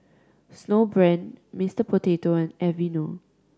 Snowbrand Mister Potato and Aveeno